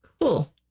Cool